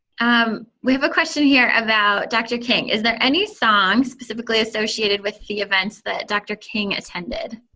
um we have a question here about dr. king. is there any song specifically associated with the events that dr. king attended?